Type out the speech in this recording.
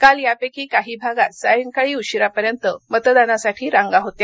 काल यापैकी काही भागात सायंकाळी उशिरापर्यंत मतदानासाठी रांगा होत्या